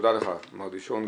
תודה לך מר דישון.